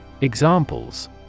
Examples